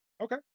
Okay